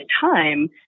time